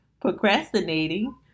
procrastinating